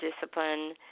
discipline